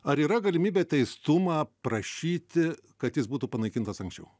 ar yra galimybė teistumą prašyti kad jis būtų panaikintas anksčiau